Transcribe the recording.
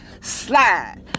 slide